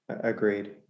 agreed